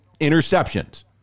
interceptions